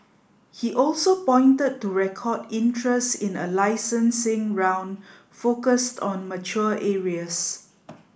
he also pointed to record interest in a licensing round focused on mature areas